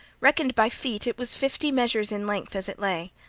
reckoned by feet, it was fifty measures in length as it lay.